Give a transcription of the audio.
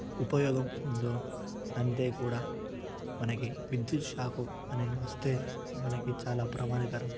ఉపయోగం ఉందో అంతే కూడా మనకి విద్యుత్ షాక్ అనేది వస్తే మనకి చాలా ప్రమాదకరం